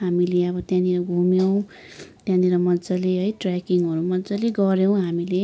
हामीले अब त्यहाँनिर घुम्यौँ त्यहाँनिर मज्जाले है ट्रेकिङहरू मज्जाले गऱ्यौँ हामीले